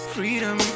Freedom